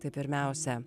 tai pirmiausia